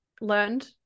learned